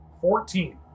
fourteen